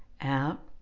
out